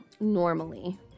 Normally